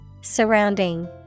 Surrounding